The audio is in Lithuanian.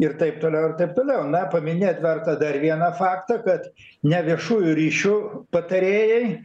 ir taip toliau ir taip toliau na paminėt verta dar vieną faktą kad neviešųjų ryšių patarėjai